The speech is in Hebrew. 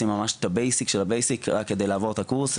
הם עושים ממש את הבסיס של הבסיס רק על מנת לעבור את הקורס,